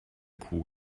kuh